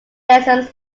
lessons